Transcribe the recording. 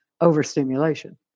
overstimulation